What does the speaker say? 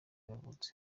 yavutse